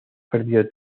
perdido